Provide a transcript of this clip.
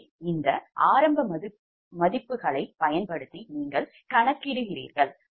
எனவே இந்த ஆரம்ப மதிப்புகளைப் பயன்படுத்தி நீங்கள் கணக்கிடுகிறீர்கள்